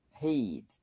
heed